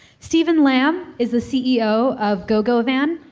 steven lam is the ceo of gogovan.